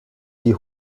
die